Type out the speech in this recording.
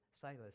Silas